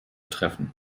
treffen